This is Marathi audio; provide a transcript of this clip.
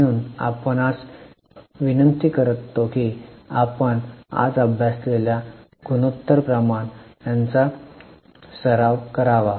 म्हणून आपण आपणास विनंति करतो की आपण आज अभ्यासलेल्या गुणोत्तर प्रमाण यांचा सराव करावा